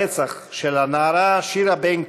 הרצח של הנערה שירה בנקי,